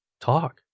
talk